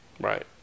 Right